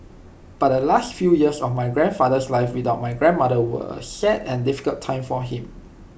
but the last few years of my grandfather's life without my grandmother were A sad and difficult time for him